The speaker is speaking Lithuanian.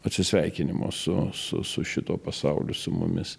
atsisveikinimo su su šituo pasauliu su mumis